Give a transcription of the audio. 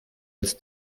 als